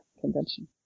convention